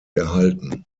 erhalten